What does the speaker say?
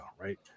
right